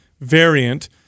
variant